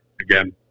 again